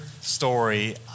story